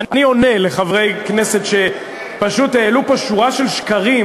אני עונה לחברי כנסת שפשוט העלו פה שורה של שקרים,